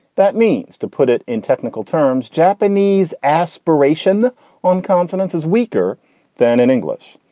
that means to put it in technical terms, japanese aspiration on consonants is weaker than in english.